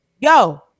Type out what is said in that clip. yo